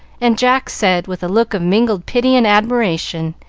and jack said, with a look of mingled pity and admiration,